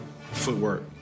footwork